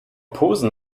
posen